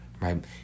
right